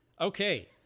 Okay